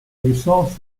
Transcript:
resources